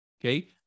Okay